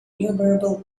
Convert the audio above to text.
innumerable